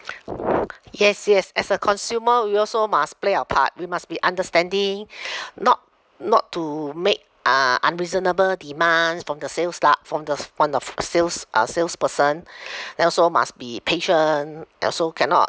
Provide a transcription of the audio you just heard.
yes yes as a consumer we also must play our part we must be understanding not not to make uh unreasonable demands from the sales sta~ from the from the sales uh salesperson then also must be patient also cannot